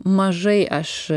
mažai aš